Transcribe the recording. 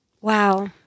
Wow